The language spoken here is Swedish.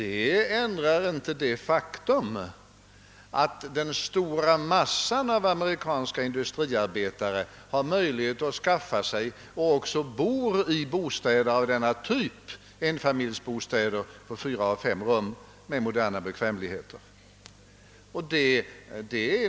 Men det ändrar inte det faktum att den stora massan av amerikanska industriarbetare har möjlighet att skaffa sig och också bor i enfamiljsbostäder på fyra, fem rum och med moderna bekvämligheter.